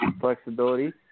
flexibility